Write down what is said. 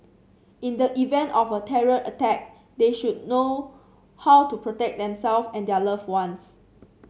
in the event of a terror attack they should know how to protect themself and their loved ones